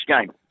game